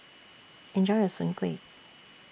Enjoy your Soon Kuih